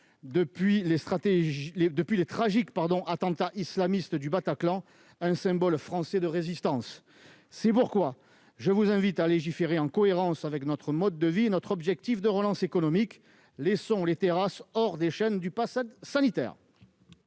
depuis les tragiques attentats islamistes du Bataclan, un symbole français de résistance. C'est pourquoi je vous invite à légiférer en cohérence avec notre mode de vie et avec notre objectif de relance économique : laissons les terrasses hors des chaînes du passe sanitaire.